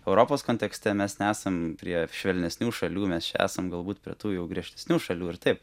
europos kontekste mes nesam prie švelnesnių šalių mes čia esam galbūt prie tų jau griežtesnių šalių ir taip